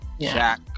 Jack